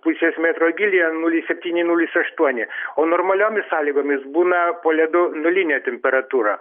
pusės metro gylyje nulis septyni nulis aštuoni o normaliomis sąlygomis būna po ledu nulinė temperatūra